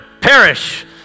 perish